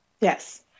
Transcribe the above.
Yes